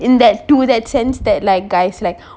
in that do that sense that like guys like